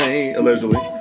allegedly